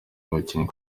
abakinnyi